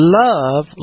love